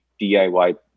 DIY